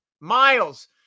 Miles